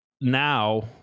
now